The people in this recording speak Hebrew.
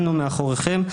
אנו מאחוריכם,